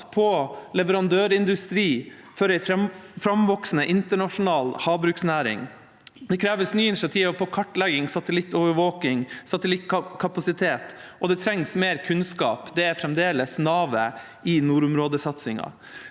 og leverandørindustri for en framvoksende internasjonal havbruksnæring. Det kreves nye initiativ innen kartlegging, satellittovervåking og satellittkapasitet. Og det trengs mer kunnskap. Det er fremdeles navet i nordområdesatsinga.